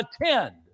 attend